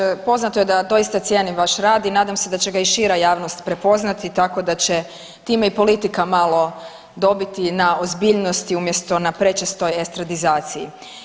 Kolegice Marić, poznato je da doista cijenim vaš rad i nadam se da će ga i šira javnost prepoznati tako da će time i politika malo dobiti na ozbiljnosti umjesto na prečesto estradizaciji.